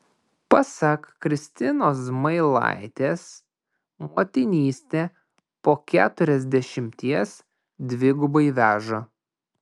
pasak kristinos zmailaitės motinystė po keturiasdešimties dvigubai veža